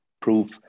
proof